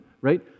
right